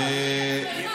אנחנו, הם מדברים גבוה,